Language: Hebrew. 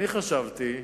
אני חשבתי,